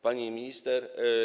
Pani Minister!